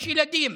יש ילדים.